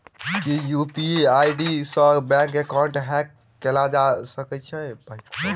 की UPI ID सऽ bank account hack कैल जा सकलिये?